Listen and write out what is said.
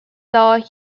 though